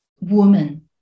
Woman